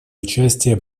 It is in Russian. участие